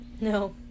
No